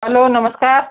hello नमस्कार